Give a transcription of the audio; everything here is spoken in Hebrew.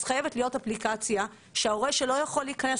אז חייבת להיות אפליקציה שההורה שלא יכול להיכנס